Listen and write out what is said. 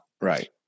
Right